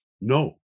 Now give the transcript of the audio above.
no